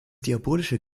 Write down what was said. diabolische